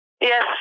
Yes